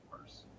worse